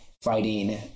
fighting